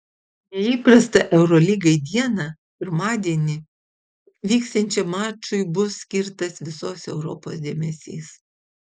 neįprastą eurolygai dieną pirmadienį vyksiančiam mačui bus skirtas visos europos dėmesys